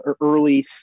early